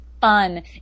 fun